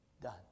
done